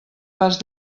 pas